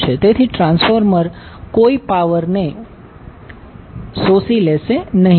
તેથી ટ્રાન્સફોર્મર કોઈ પાવરને શોષી લેશે નહીં